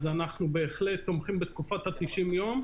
אז אנחנו בהחלט תומכים בתקופת ה-90 יום,